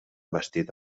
bastit